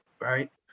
right